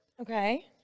Okay